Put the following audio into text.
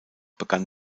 begann